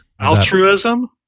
Altruism